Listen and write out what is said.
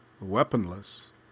weaponless